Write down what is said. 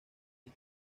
con